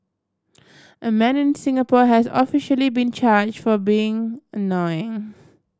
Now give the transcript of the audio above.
a man in Singapore has officially been charged for being annoying